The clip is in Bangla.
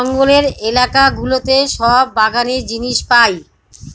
জঙ্গলের এলাকা গুলোতে সব বাগানের জিনিস পাই